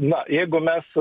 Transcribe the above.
na jeigu mes